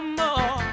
more